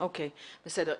בסדר.